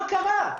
מה קרה?